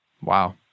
Wow